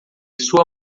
sua